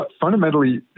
fundamentally